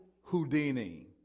Houdini